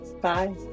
Bye